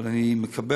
אבל אני מקבל,